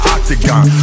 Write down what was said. Octagon